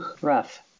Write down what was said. rough